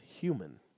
human